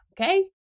okay